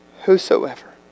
whosoever